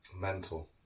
mental